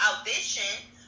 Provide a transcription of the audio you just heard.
audition